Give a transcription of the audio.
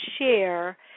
share